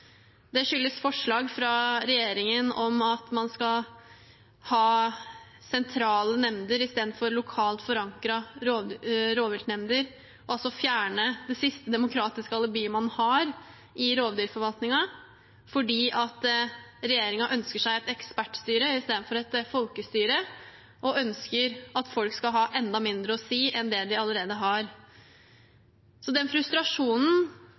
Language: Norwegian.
Det skyldes forslag fra regjeringen om at man skal ha sentrale nemnder i stedet for lokalt forankrede rovviltnemnder, altså fjerne det siste demokratiske alibiet man har i rovviltforvaltningen, fordi regjeringen ønsker seg et ekspertstyre i stedet for et folkestyre, og ønsker at folk skal ha enda mindre å si enn det de allerede har. Den frustrasjonen